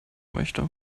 möchte